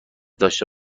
داشته